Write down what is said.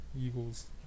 Eagles